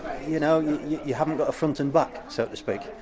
you know you you haven't got a front and back, so to speak.